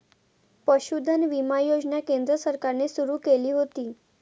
पशुधन विमा योजना केंद्र सरकारने सुरू केली होती